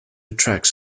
attracts